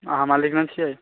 अहाँ मालिक नहि छियै